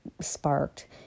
sparked